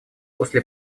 после